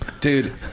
Dude